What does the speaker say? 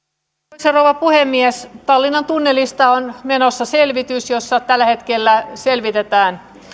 arvoisa rouva puhemies tallinnan tunnelista on menossa selvitys jossa tällä hetkellä selvitetään